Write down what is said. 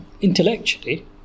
intellectually